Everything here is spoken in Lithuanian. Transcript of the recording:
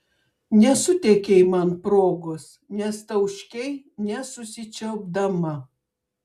nesuteikei man progos nes tauškei nesusičiaupdama